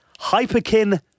Hyperkin